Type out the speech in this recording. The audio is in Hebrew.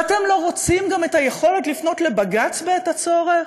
ואתם לא רוצים גם את היכולת לפנות לבג"ץ בעת הצורך,